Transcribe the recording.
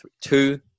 two